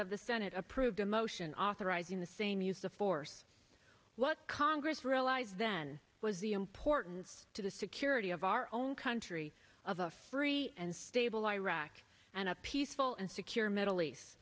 of the senate approved a motion authorizing the sane use of force what congress realized then was the importance to the security of our own country of a free and stable iraq and a peaceful and secure middle east